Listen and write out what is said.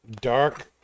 dark